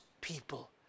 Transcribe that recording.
people